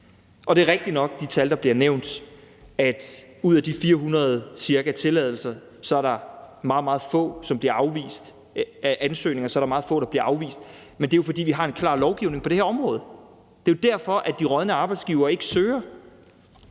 Det er rigtigt nok med de tal, der bliver nævnt, nemlig at ud af de ca. 400 tilladelser er der meget, meget få ansøgninger, som bliver afvist, men det er jo, fordi vi har en klar lovgivning på det her område. Det er jo derfor, at de rådne arbejdsgivere ikke søger.